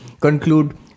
conclude